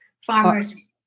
farmers